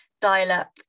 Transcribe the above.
dial-up